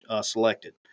selected